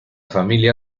familia